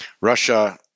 Russia